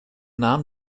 namen